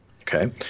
Okay